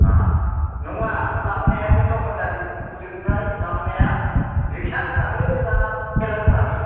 अ नङा लाबोनाया बे दखानदारि हजोंनिफ्राय लाबोनाया रिख्साजों लाबोयो ना थेलाजों लाबोयो